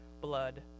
blood